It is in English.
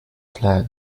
flag